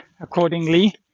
accordingly